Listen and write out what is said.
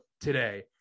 today